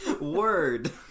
Word